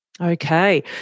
Okay